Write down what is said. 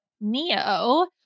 Neo